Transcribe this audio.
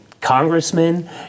congressmen